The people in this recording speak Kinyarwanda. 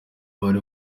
bari